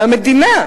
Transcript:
מהמדינה.